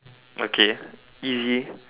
okay easy